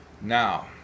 Now